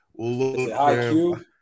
IQ